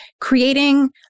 creating